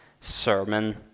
sermon